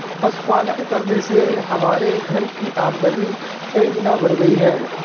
पशुपालन करने से हमारे घर की आमदनी कई गुना बढ़ गई है